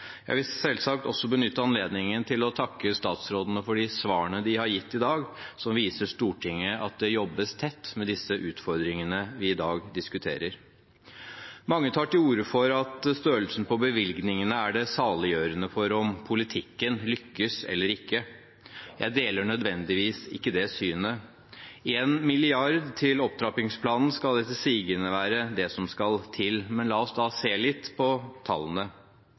Jeg vil selvsagt også benytte anledningen til å takke statsrådene for de svarene de har gitt i dag, og som viser Stortinget at det jobbes tett med disse utfordringene vi i dag diskuterer. Mange tar til orde for at størrelsen på bevilgningene er det saliggjørende for om politikken lykkes eller ikke. Jeg deler ikke nødvendigvis det synet. 1 mrd. kr til opptrappingsplanen skal etter sigende være det som skal til. Men la oss da se litt på tallene.